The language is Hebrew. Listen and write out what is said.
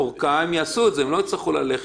זה לא משהו ששמו אתכם עם הלשון בחוץ,